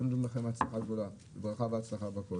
אנחנו מאחלים לכם הצלחה רבה, ברכה והצלחה בכל.